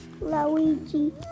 Luigi